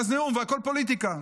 ואז נאום, והכול פוליטיקה.